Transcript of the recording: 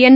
N